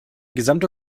gesamte